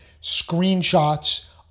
screenshots